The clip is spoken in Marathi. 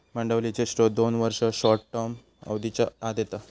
भांडवलीचे स्त्रोत दोन वर्ष, शॉर्ट टर्म अवधीच्या आत येता